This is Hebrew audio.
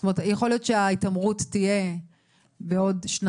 זאת אומרת יכול להיות שההתעמרות תהיה בעוד שנתיים?